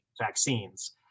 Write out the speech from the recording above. vaccines